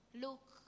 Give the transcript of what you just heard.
Look